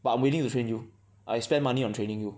but I'm willing to train you I spend money on training you